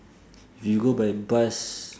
if you go by bus